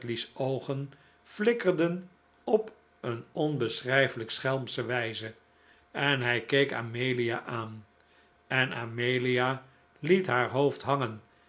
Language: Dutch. oogen flikkerden op een onbeschrijfelijk schelmsche wijze en hij keek amelia aan en amelia liet haar hoofd hangen